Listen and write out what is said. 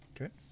Okay